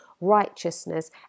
righteousness